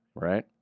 right